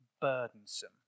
burdensome